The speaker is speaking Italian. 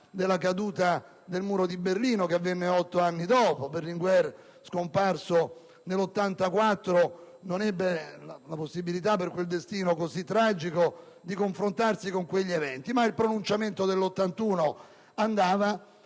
della caduta del muro di Berlino, che avvenne otto anni dopo; Berlinguer, scomparso nel 1984, non ebbe la possibilità, per un destino così tragico, di confrontarsi con quegli eventi. Tuttavia, il pronunciamento del 1981 rientrava